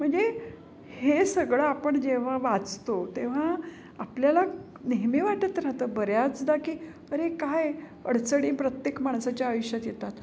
म्हणजे हे सगळं आपण जेव्हा वाचतो तेव्हा आपल्याला नेहमी वाटत राहतं बऱ्याचदा की अरे काय अडचणी प्रत्येक माणसाच्या आयुष्यात येतात